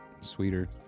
sweeter